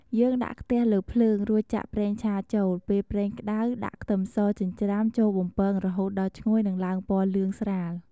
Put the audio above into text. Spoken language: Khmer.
យើងដាក់ខ្ទះលើភ្លើង រួចចាក់ប្រេងឆាចូល ពេលប្រេងក្ដៅ ដាក់ខ្ទឹមសចិញ្ច្រាំចូលបំពងរហូតដល់ឈ្ងុយនិងឡើងពណ៌លឿងស្រាល។